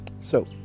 So